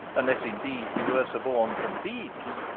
unless indeed he were suborned from thebes?